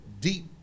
deep